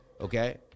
okay